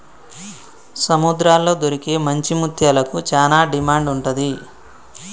సముద్రాల్లో దొరికే మంచి ముత్యాలకు చానా డిమాండ్ ఉంటది